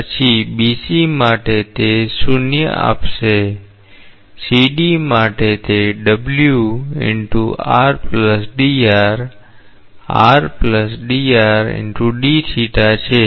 પછી BC માટે તે 0 છે